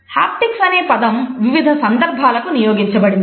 haptics అనే పదం వివిధ సందర్భాల కు నియోగించబడినది